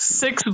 six